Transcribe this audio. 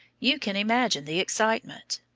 you can imagine the excitement.